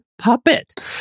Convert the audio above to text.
puppet